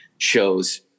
shows